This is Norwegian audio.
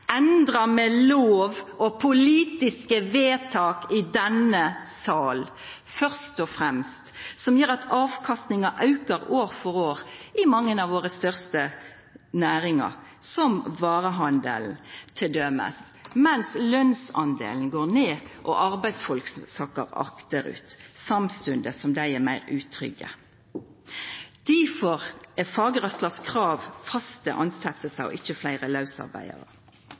endra ved lov og politiske vedtak i denne salen først og fremst, som gjer at avkastinga aukar år for år i mange av våre største næringar, som t.d. varehandelen, mens lønsdelen går ned og arbeidsfolk sakkar akterut samstundes som dei er meir utrygge. Difor er fagrørslas krav faste tilsetjingar og ikkje fleire lausarbeidarar,